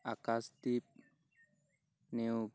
Akash Deep Neog